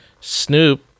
Snoop